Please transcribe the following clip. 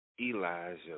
Elijah